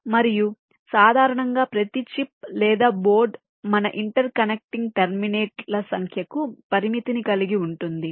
మరియు సాధారణంగా ప్రతి చిప్ లేదా బోర్డ్ మన ఇంటర్ కనెక్టింగ్ టెర్మినేట్ల సంఖ్యకు పరిమితిని కలిగి ఉంటుంది